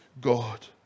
God